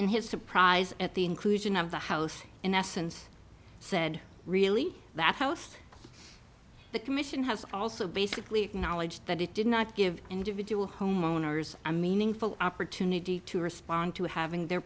and his surprise at the inclusion of the house in essence said really that house the commission has also basically acknowledged that it did not give individual homeowners a meaningful opportunity to respond to having their